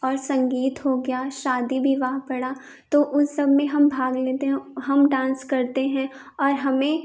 और संगीत हो गया शादी विवाह पड़ा तो उस सब में हम भाग लेते हैं हम डांस करते हैं और हमें